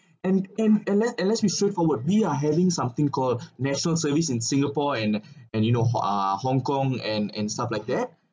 and and and then and then we straightforward we are having something called national service in singapore and and you know ho~ ah hong kong and and stuff like that